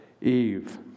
Eve